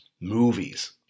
movies